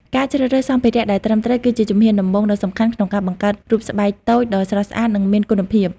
ការជ្រើសរើសសម្ភារៈដែលត្រឹមត្រូវ គឺជាជំហានដំបូងដ៏សំខាន់ក្នុងការបង្កើតរូបស្បែកតូចដ៏ស្រស់ស្អាត និងមានគុណភាព។